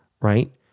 right